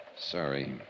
Sorry